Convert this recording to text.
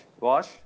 wash